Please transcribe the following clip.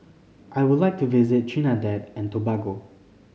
I would like to visit Trinidad and Tobago